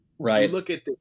Right